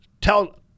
tell